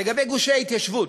לגבי גושי ההתיישבות,